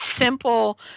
simple